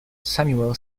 samuel